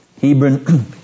Hebron